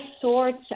sorts